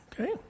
Okay